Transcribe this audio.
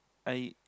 I